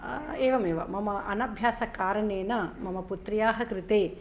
एवमेव मम अनभ्यासकारणेन मम पुत्र्याः कृते